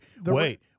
wait